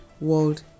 World